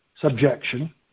subjection